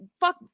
fuck